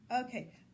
Okay